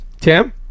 Tim